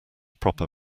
proper